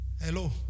Hello